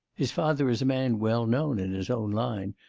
his father is a man well-known in his own line,